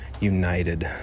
united